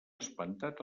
espantat